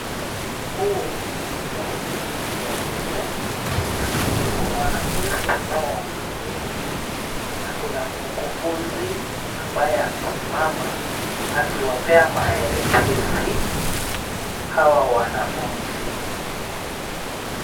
Huu ni ukumbi wa shule. Kuna wanafunzi ambao wameketi na kuna mkufunzi ambaye amesimama akiwapea maelekezi hawa wanafunzi.